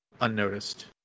unnoticed